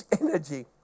energy